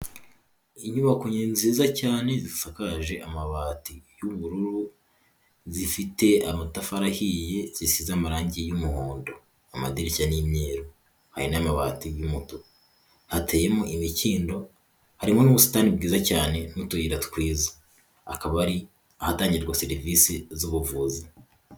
Inyubako ni nziza cyane zisakaje amabati y'ubururu, zifite amatafari ahiye zisize amarangi y'umuhondo, amadirishya n'imyeru, hari n'amabati y'umutuku, hateyemo imikindo harimo n'ubusitani bwiza cyane n'utuyira twiza, hakaba hari ahatangirwa serivisi z'ubuvuzi.